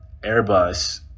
Airbus